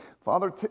Father